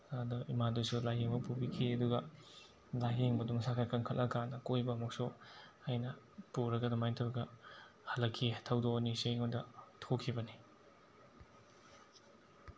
ꯑꯥꯗ ꯏꯃꯥꯗꯨꯁꯨ ꯂꯥꯏꯌꯦꯡꯕ ꯄꯨꯕꯤꯈꯤ ꯑꯗꯨꯒ ꯂꯥꯏꯌꯦꯡꯕꯗꯣ ꯃꯁꯥ ꯈꯔ ꯀꯟꯈꯠꯂꯛꯑꯀꯥꯟꯗ ꯀꯣꯏꯕ ꯑꯃꯨꯛꯁꯨ ꯑꯩꯅ ꯄꯨꯔꯒ ꯑꯗꯨꯃꯥꯏꯅ ꯇꯧꯔꯒ ꯍꯜꯂꯛꯈꯤ ꯊꯧꯗꯣꯛ ꯑꯅꯤꯁꯦ ꯑꯩꯉꯣꯟꯗ ꯊꯣꯛꯈꯤꯕꯅꯤ